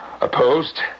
Opposed